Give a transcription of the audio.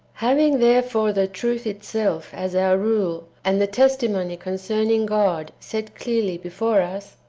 having therefore the truth itself as our rule, and the testimony concerning god set clearly before us,